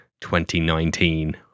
2019